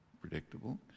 predictable